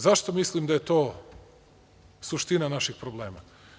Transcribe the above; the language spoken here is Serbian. Zašto mislim da je to suština naših problema?